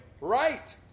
right